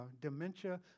dementia